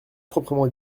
proprement